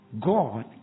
God